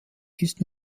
ist